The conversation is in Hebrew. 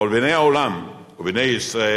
אבל בעיני העולם ובעיני ישראל